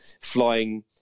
flying